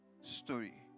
story